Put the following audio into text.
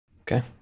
Okay